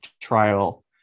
trial